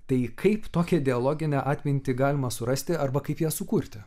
tai kaip tokią dialoginę atmintį galima surasti arba kaip ją sukurti